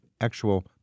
actual